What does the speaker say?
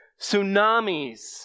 tsunamis